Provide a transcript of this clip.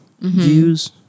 views